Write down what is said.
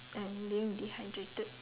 I'm being dehydrated